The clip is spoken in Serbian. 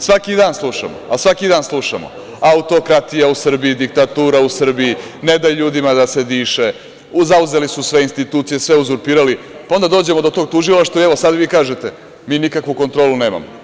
Svaki dan slušamo – autokratija u Srbiji, diktatura u Srbiji, ne da ljudima da se diše, zauzeli su sve institucije, sve uzurpirali; pa onda dođemo do tog tužilaštva i onda vi kažete – mi nikakvu kontrolu nemamo.